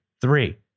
three